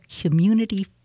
community